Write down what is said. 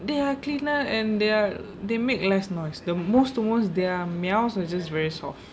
they are cleaner and they are they make less noise the most to most they are meows are just very soft